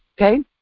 Okay